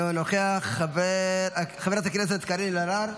אינו נוכח, חברת הכנסת קארין אלהרר,